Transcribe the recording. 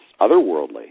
otherworldly